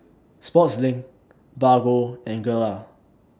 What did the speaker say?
Sportslink Bargo and Gelare